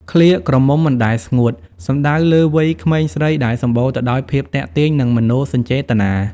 ឃ្លា «ក្រមុំមិនដែលស្ងួត» សំដៅលើវ័យក្មេងស្រីដែលសម្បូរទៅដោយភាពទាក់ទាញ និងមនោសញ្ចេតនា។